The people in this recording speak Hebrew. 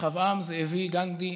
רחבעם זאבי גנדי,